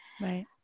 right